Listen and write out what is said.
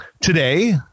today